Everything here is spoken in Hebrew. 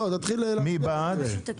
מי בעד.